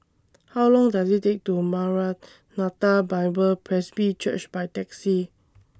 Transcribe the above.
How Long Does IT Take to Maranatha Bible Presby Church By Taxi